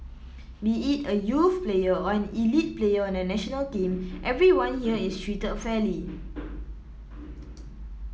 be it a youth player or an elite player on the national team everyone here is treated fairly